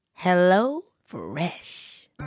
HelloFresh